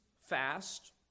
fast